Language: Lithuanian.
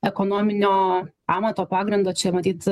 ekonominio amato pagrindo čia matyt